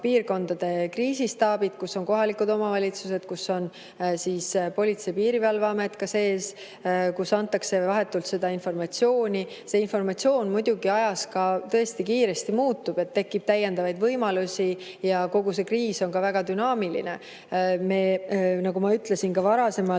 piirkondade kriisistaabid, kus on kohalikud omavalitsused, kus on Politsei‑ ja Piirivalveamet, kus antakse vahetult seda informatsiooni. See informatsioon muidugi ajas ka tõesti kiiresti muutub, tekib täiendavaid võimalusi ja kogu see kriis on väga dünaamiline. Nagu ma ütlesin ka varasemalt,